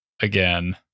again